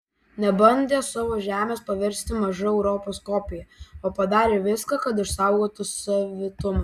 nebandė savo žemės paversti maža europos kopija o padarė viską kad išsaugotų savitumą